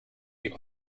die